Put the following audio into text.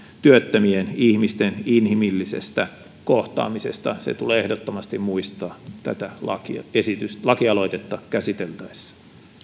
työttömien ihmisten inhimillisestä kohtaamisesta se tulee ehdottomasti muistaa tätä lakialoitetta käsiteltäessä